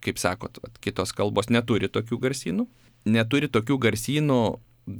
kaip sakot kitos kalbos neturi tokių garsynų neturi tokių garsynų